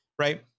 Right